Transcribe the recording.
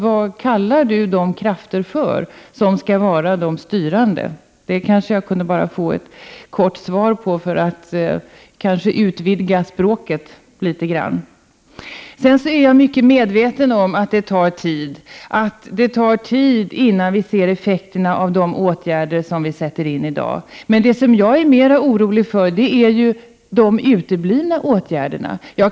Vad kallar miljöoch energiministern de krafter för som skall vara de styrande? Det kanske jag kunde få ett kort svar på, för att utvidga språket litet grand. Vidare är jag mycket medveten om att det tar tid innan vi ser effekterna av de åtgärder som sätts in i dag. Det jag är mera orolig för är de uteblivna åtgärderna.